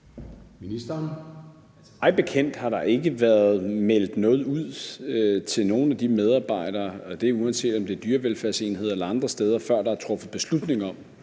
Mig bekendt har der ikke været meldt noget ud til nogen af de medarbejdere, og det er, uanset om det er i dyrevelfærdsenheder eller andre steder, før der er truffet beslutning om,